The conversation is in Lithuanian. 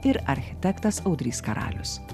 ir architektas audrys karalius